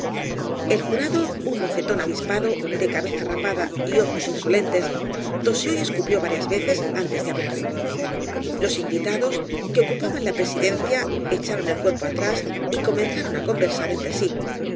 el jurado un mocetón avispado de cabeza rapada y ojos insolentes tosió y escupió varias veces antes de hablar los invitados que ocupaban la presidencia echaron el cuerpo atrás y comenzaron á conversar entre sí